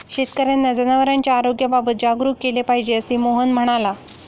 शेतकर्यांना जनावरांच्या आरोग्याबाबत जागरूक केले पाहिजे, असे मोहन म्हणाला